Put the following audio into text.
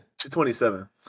27